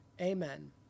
Amen